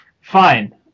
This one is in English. fine